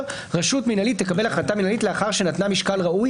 ש"רשות מינהלית תקבל החלטה מינהלית לאחר שנתנה משקל ראוי